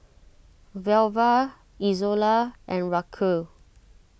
Velva Izola and Raquel